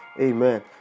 Amen